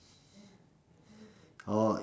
or